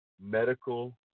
medical